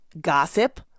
gossip